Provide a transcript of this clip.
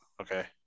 Okay